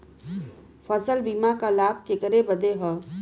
फसल बीमा क लाभ केकरे बदे ह?